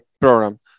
program